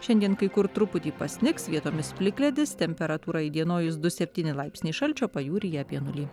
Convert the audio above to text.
šiandien kai kur truputį pasnigs vietomis plikledis temperatūra įdienojus du septyni laipsniai šalčio pajūryje apie nulį